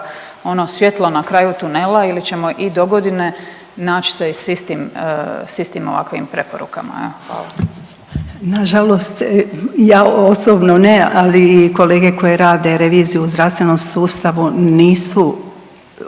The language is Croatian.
ono svjetlo na kraju tunela ili ćemo i dogodine nać se i s istim ovakvim preporukama? Hvala. **Rogošić, Nediljka** Nažalost ja osobno ne, ali i kolege koje rade reviziju u zdravstvenom sustavu nisu